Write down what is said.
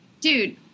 Dude